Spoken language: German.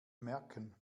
merken